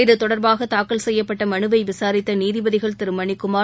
இதுதொடர்பாக தாக்கல் செய்யப்பட்ட மலுவை விசாரித்த நீதிபதிகள் திரு மணிக்குமார்